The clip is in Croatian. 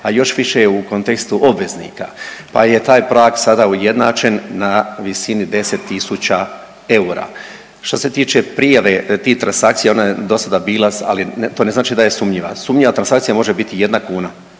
a još više u kontekstu obveznika, pa je taj … sada ujednačen na visini 10.000 eura. Što se tiče prijave tih transakcija ona je do sada bila, ali to ne znači da je sumnjiva, sumnjiva transakcija može biti jedan kuna.